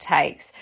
takes